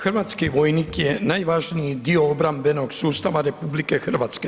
Hrvatski vojnik je najvažniji dio obrambenog sustava RH.